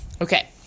Okay